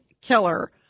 killer